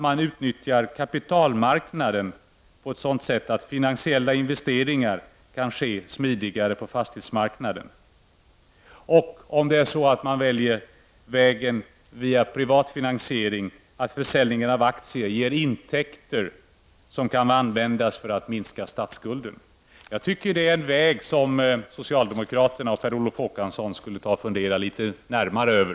Man utnyttjar vidare kapitalmarknaden på ett sådant sätt att finansiella investeringar på fastighetsmarknaden kan ske smidigare. Om man väljer vägen via privat finansiering kommer försäljningen av aktier att ge intäkter som kan användas för att minska statsskulden. Jag tycker att det är en väg som socialdemokraterna och Per Olof Håkansson skulle fundera litet närmare över.